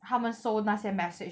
他们收那些 message